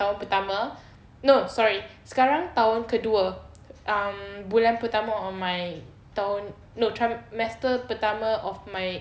tahun pertama no sorry sekarang tahun kedua um bulan pertama on my tahun no trimester pertama of my